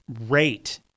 rate